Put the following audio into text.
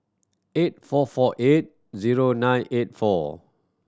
eight four four eight zero nine eight four